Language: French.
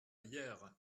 hyères